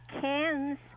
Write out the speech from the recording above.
cans